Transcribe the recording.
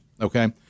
okay